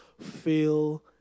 feel